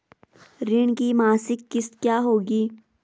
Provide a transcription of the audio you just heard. ऋण की मासिक किश्त क्या होगी?